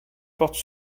porte